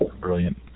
brilliant